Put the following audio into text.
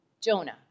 Jonah